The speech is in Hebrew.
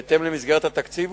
בהתאם למסגרת התקציב,